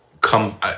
come